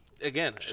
again